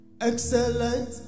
excellent